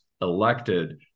elected